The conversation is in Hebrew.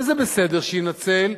וזה בסדר שינצל,